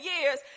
years